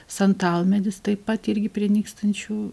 santalmedis taip pat irgi prie nykstančių